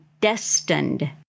destined